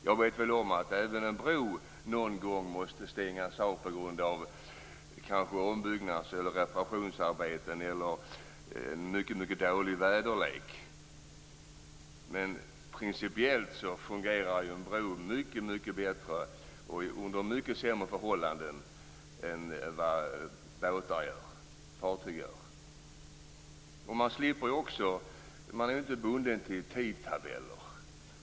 Jag vet att även en bro någon gång måste stängas av på grund av ombyggnads eller reparationsarbeten eller mycket dålig väderlek. Men principiellt fungerar ju en bro mycket bättre och under mycket sämre väderförhållanden än vad fartyg gör. Man är ju inte heller bunden till tidtabeller.